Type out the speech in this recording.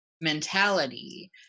mentality